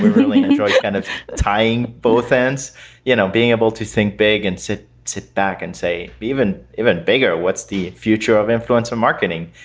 enjoy kind of tying both hands you know being able to think big and sit sit back and say even even bigger what's the future of influencer marketing.